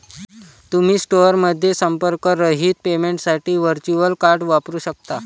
तुम्ही स्टोअरमध्ये संपर्करहित पेमेंटसाठी व्हर्च्युअल कार्ड वापरू शकता